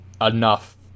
enough